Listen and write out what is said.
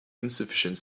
insufficient